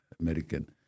American